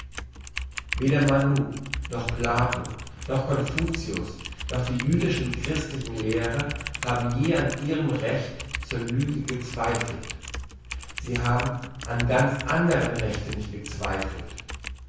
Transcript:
weder manu noch plato noch confucius noch die jüdischen und christlichen lehrer haben je an ihrem recht zur lüge gezweifelt sie haben an ganz andren rechten nicht gezweifelt